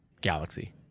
galaxy